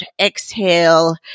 exhale